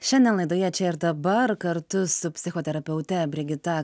šiandien laidoje čia ir dabar kartu su psichoterapeute brigita